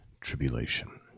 tribulation